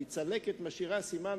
כי צלקת משאירה סימן,